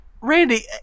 Randy